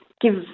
give